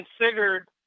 considered